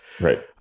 right